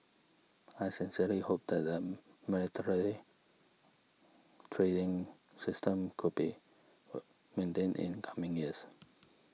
I sincerely hope that the military trading system could be maintained in coming years